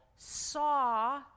saw